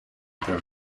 their